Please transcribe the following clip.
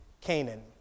Canaan